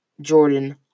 Jordan